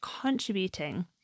contributing